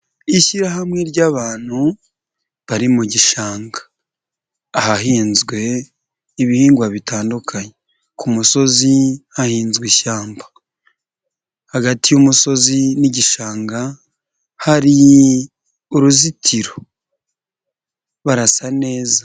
Ishyirahamwe ry'abantu bari mu gishanga ahahinzwe ibihingwa bitandukanye, ku musozi hahinzwe ishyamba, hagati y'umusozi n'igishanga hari uruzitiro, barasa neza.